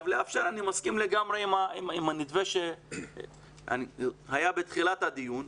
אני מסכים לגמרי עם המתווה שהיה בתחילת הדיון.